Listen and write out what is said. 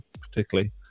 particularly